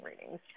readings